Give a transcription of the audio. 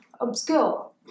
obscure